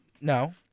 No